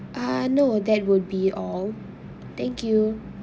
ah no that would be all thank you